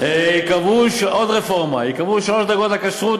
עוד רפורמה: ייקבעו שלוש דרגות לכשרות,